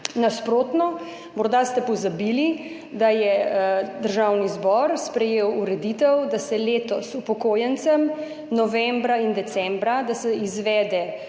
Nasprotno, morda ste pozabili, da je Državni zbor sprejel ureditev, da se letos za upokojence novembra in decembra izvede